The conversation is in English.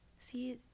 see